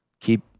keep